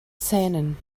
zähnen